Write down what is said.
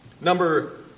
Number